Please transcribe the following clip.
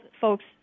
folks